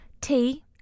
tea